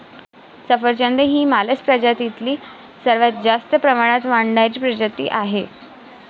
सफरचंद ही मालस प्रजातीतील सर्वात जास्त प्रमाणात वाढणारी प्रजाती आहे